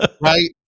Right